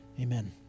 Amen